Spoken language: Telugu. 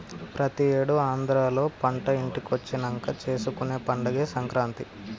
ప్రతి ఏడు ఆంధ్రాలో పంట ఇంటికొచ్చినంక చేసుకునే పండగే సంక్రాంతి